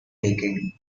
breaking